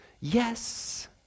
Yes